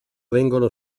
vengono